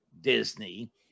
Disney